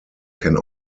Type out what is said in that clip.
can